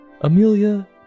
Amelia